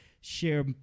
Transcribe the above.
share